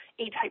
A-type